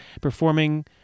performing